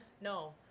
no